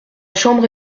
chambre